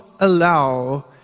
allow